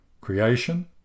Creation